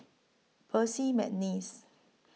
Percy Mcneice